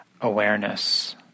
awareness